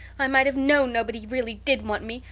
i might have known nobody really did want me.